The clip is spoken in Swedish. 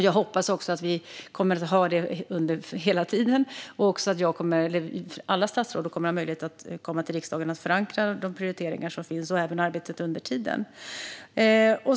Jag hoppas också att vi kommer att ha det under hela tiden och att jag och alla andra statsråd kommer att kunna komma till riksdagen och förankra de prioriteringar som finns och även arbetet under tiden.